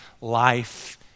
life